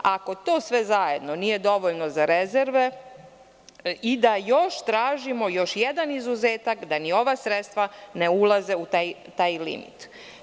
Ako to sve zajedno nije dovoljno za rezerve i da još tražimo, još jedan izuzetak, da ni ova sredstva ne ulaze u taj limit.